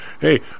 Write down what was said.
hey